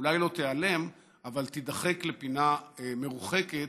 אולי לא תיעלם אבל תידחק לפינה מרוחקת